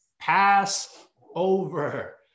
Passover